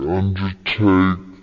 undertake